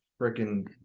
freaking